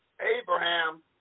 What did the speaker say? Abraham